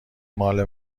مال